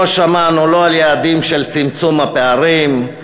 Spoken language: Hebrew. לא שמענו לא על יעדים של צמצום הפערים,